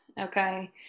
okay